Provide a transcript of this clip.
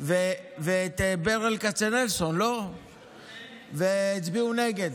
ואת ברל כצנלסון, והצביעו נגד.